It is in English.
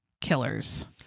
killers